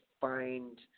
find